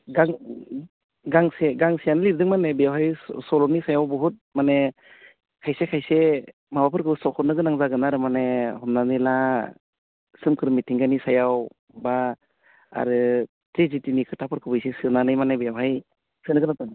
गांसे गांसेयानो लिरदों माने बेयावहाय सल'नि सायाव बहुद माने खायसे खायसे माबाफोरखौ फोसाबनो गोनां जागोन आरो माने हमनानै ला सोमखोर मिथिंगानि सायाव बा आरो ट्रेजेदिनि खोथाफोरखौ एसे सोनानै माने बेवहाय सोनांगौमोन